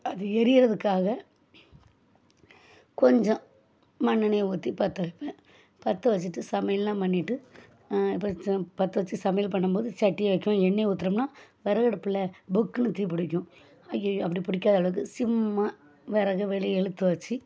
அது எரிகிறதுக்காக கொஞ்சம் மண்ணெண்ணைய ஊற்றி பற்ற வைப்பேன் பற்ற வச்சுட்டு சமையல்லாம் பண்ணிட்டு இப்போ பற்ற வச்சு சமையல் பண்ணும் போது சட்டியை வைக்கணும் எண்ணெய்யை ஊத்துகிறோம்னா விறகு அடுப்பில் புக்குனு தீ பிடிக்கும் ஐயையோ அப்படி பிடிக்காத அளவுக்கு சிம்மா விறக வெளியே இழுத்து வச்சு